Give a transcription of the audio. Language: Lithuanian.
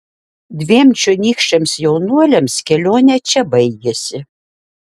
dviem čionykščiams jaunuoliams kelionė čia baigėsi